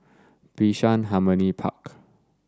Bishan Harmony Park